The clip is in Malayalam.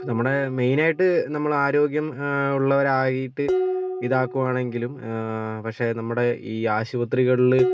അപ്പോൾ നമ്മുടെ മെയ്നായിട്ട് നമ്മള് ആരോഗ്യം ഉള്ളവരായിട്ട് ഇതാക്കുവാണെങ്കിലും പക്ഷെ നമ്മുടെ ഈ ആശുപത്രികളില്